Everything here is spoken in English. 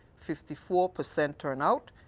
fifty four percent turnedout,